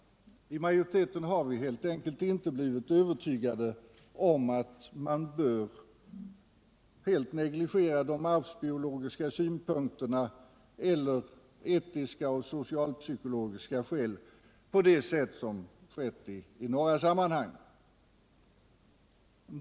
Inom majoriteten har vi helt enkelt inte blivit övertygade om att man helt bör negligera arvsbiologiska synpunker eller etiska och socialpsykologiska skäl på det sätt som skett i några sammanhang.